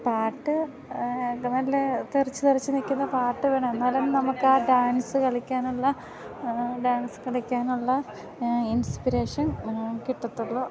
പാട്ട് നല്ല തെറിച്ച് തെറിച്ച് നിൽക്കുന്ന പാട്ട് വേണം എന്നാലാണ് നമുക്കാ ഡാൻസ് കളിക്കാനുള്ള ഡാൻസ് കളിക്കാനുള്ള ഇൻസ്പിരേഷൻ കിട്ടത്തുള്ളൂ